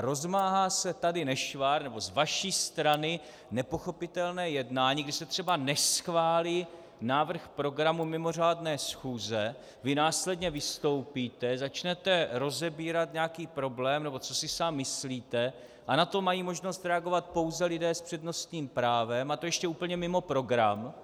Rozmáhá se tady nešvar, nebo z vaší strany nepochopitelné jednání, kdy se třeba neschválí návrh programu mimořádné schůze, vy následně vystoupíte, začnete rozebírat nějaký problém, nebo co si sám myslíte, a na to mají možnost reagovat pouze lidé s přednostním právem, a to ještě úplně mimo program,